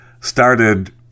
started